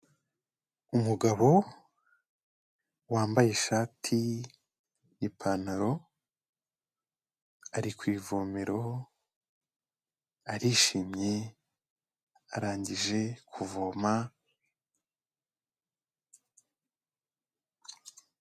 Umugabo wambaye ishati ipantaro ari ku ivomero arishimye arangije kuvoma.